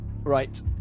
Right